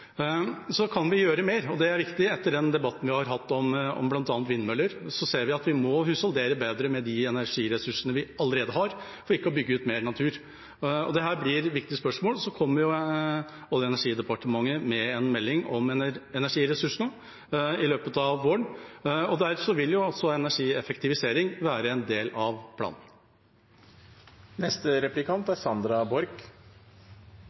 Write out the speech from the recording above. Så kan vi gjøre mer, og det er viktig etter den debatten vi har hatt om bl.a. vindmøller. Vi ser at vi må husholdere bedre med de energiressursene vi allerede har, og ikke bygge ut mer natur. Dette blir viktige spørsmål. Så kommer Olje- og energidepartementet med en melding om energiressursene i løpet av våren. Også energieffektivisering vil være en del av den planen.